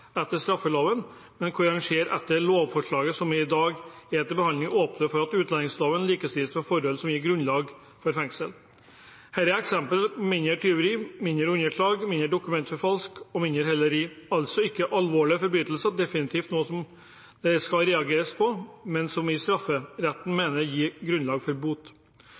etter straffeloven, men hvor en etter lovforslagene som i dag er til behandling, åpner for at utlendingsloven likestilles med forhold som gir grunnlag for fengsel. Dette er eksempelvis mindre tyveri, mindre underslag, mindre dokumentfalsk og mindre heleri – altså ikke alvorlige forbrytelser. Det er definitivt noe som det skal reageres på, men som en i strafferetten mener gir grunnlag for bot.